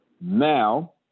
Now